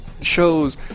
shows